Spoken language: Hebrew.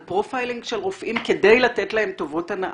על פרופיילינג של רופאים כדי לתת להם טובות הנאה,